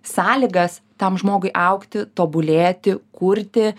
sąlygas tam žmogui augti tobulėti kurti